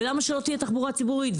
ולמה שלא תהיה תחבורה ציבורית,